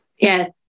Yes